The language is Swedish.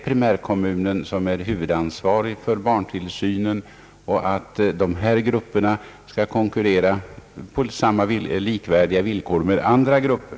Primärkommunen är huvudansvarig för barntillsynen, och de grupper varom nu är fråga skall konkurrera på likvärdiga villkor med andra grupper.